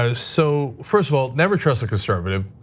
so so first of all, never trust the conservative,